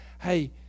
Hey